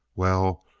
well,